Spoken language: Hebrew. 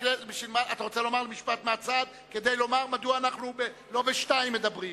אתה רוצה לומר משפט מהצד כדי לומר מדוע לא בשעה 14:00 אנחנו מדברים?